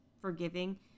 forgiving